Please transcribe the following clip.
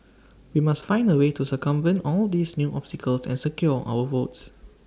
we must find A way to circumvent all these new obstacles and secure our votes